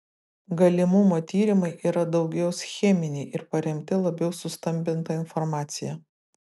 galimumo tyrimai yra daugiau scheminiai ir paremti labiau sustambinta informacija